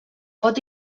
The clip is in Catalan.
pot